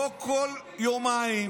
לא כל יומיים,